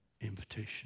invitation